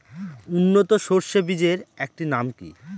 উন্নত সরষে বীজের একটি নাম কি?